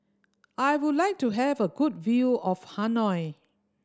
I would like to have a good view of Hanoi